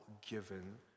given